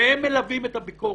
והם מלווים את הביקורת.